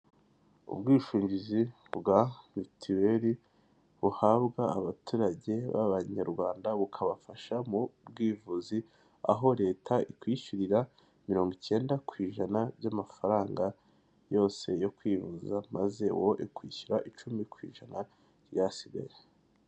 Ubwishingizi bwa mitiweri buhabwa abaturage b'Abanyarwanda bukabafasha mu bwivuzi, aho Leta ikwishyurira mirongo icyenda ku ijana by'amafaranga yose yo kwivuza maze wowe ukishyura icumi ku ijana ry'asigaye.